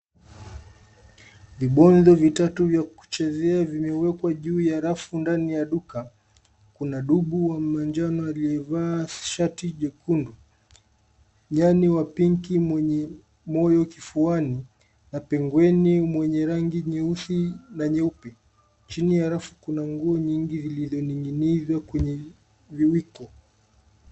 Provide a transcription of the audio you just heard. Vibonzo vitatu vya kuchezea vimewekwa juu ya rafu ndani ya duka. Kuna dubu wa manjano aliyevaa shati jekundu, nyani wa pinki mwenye moyo kifuani na pengweni mwenye rangi nyeusi na nyeupe. Chini ya rafu kuna nguo nyingi zilizoning'inizwa kwenye viwiko.